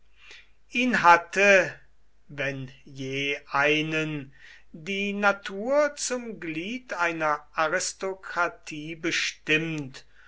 ihn hatte wenn je einen die natur zum glied einer aristokratie bestimmt